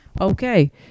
Okay